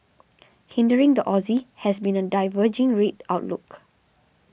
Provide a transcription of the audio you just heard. hindering the Aussie has been a diverging rate outlook